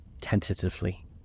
tentatively